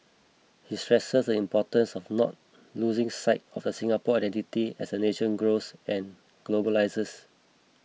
he stresses the importance of not losing sight of the Singapore identity as the nation grows and globalises